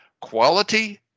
quality